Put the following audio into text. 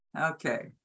Okay